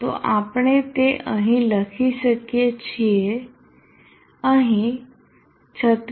તો આપણે તે અહીં લખી શકીએ છીએ અહીં 36